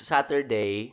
Saturday